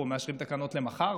אנחנו מאשרים תקנות למחר,